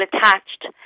attached